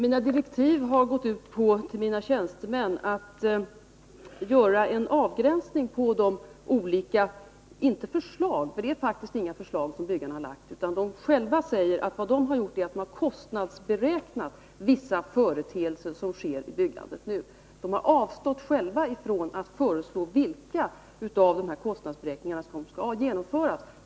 Herr talman! Det är faktiskt inte fråga om något förslag från byggarna, utan de säger själva att vad de har gjort är att kostnadsberäkna vissa företeelser inom byggandet. De har avstått från att föreslå vilka av de här kostnadsberäkningarna som skall genomföras.